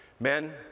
Men